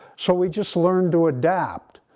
so we just learn to adapt.